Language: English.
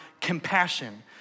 compassion